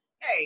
hey